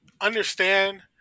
understand